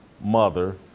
mother